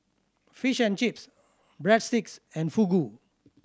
Fish and Chips Breadsticks and Fugu